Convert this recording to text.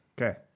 Okay